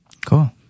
Cool